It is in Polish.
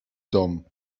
dom